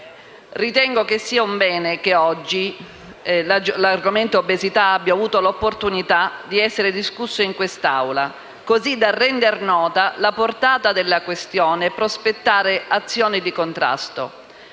Ritengo sia un bene che oggi l'argomento dell'obesità abbia avuto l'opportunità di essere discusso in quest'Assemblea, così da render nota la portata della questione e prospettare azioni di contrasto.